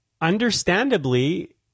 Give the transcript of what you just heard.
understandably